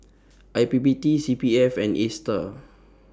I P P T C P F and ASTAR